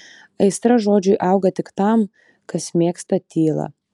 aistra žodžiui auga tik tam kas mėgsta tylą